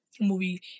movie